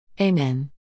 Amen